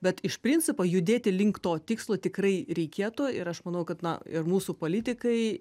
bet iš principo judėti link to tikslo tikrai reikėtų ir aš manau kad na ir mūsų politikai